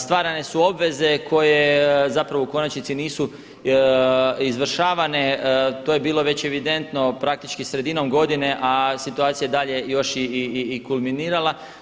Stvarane su obveze koje zapravo u konačnici nisu izvršavane to je bilo već evidentno praktički sredinom godine a situacija je dalje još i kulminirala.